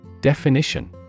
definition